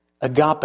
agape